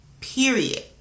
period